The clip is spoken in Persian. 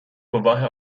گواه